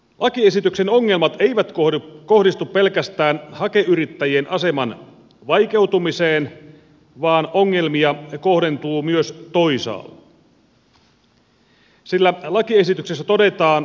lakiesityksen ongelmat eivät kohdistu pelkästään hakeyrittäjien aseman vaikeutumiseen vaan ongelmia kohdentuu myös toisaalle sillä lakiesityksessä todetaan